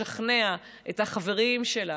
לשכנע את החברים שלנו,